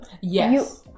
Yes